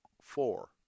four